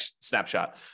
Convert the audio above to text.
snapshot